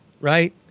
right